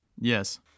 Yes